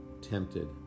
tempted